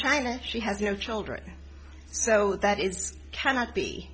china she has no children so that it cannot be